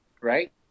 right